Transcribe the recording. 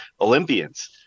Olympians